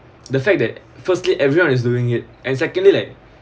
the fact that firstly everyone is doing it and secondly like